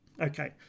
Okay